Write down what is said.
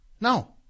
No